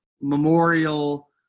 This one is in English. memorial